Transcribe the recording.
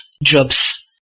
drops